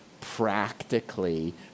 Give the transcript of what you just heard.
practically